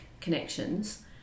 connections